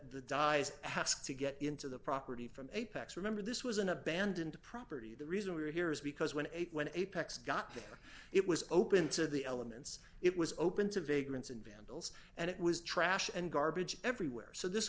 dyes have to get into the property from apex remember this was an abandoned property the reason we're here is because when eight when apex got it was open to the elements it was open to vagrants and vandals and it was trash and garbage everywhere so this